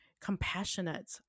compassionate